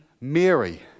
Mary